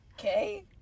Okay